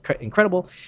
incredible